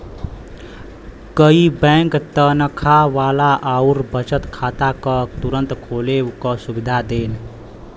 कई बैंक तनखा वाला आउर बचत खाता क तुरंत खोले क सुविधा देन